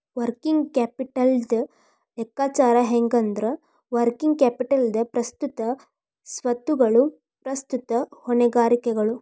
working ಕ್ಯಾಪಿಟಲ್ದ್ ಲೆಕ್ಕಾಚಾರ ಹೆಂಗಂದ್ರ, ವರ್ಕಿಂಗ್ ಕ್ಯಾಪಿಟಲ್ ಪ್ರಸ್ತುತ ಸ್ವತ್ತುಗಳು ಪ್ರಸ್ತುತ ಹೊಣೆಗಾರಿಕೆಗಳು